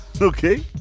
Okay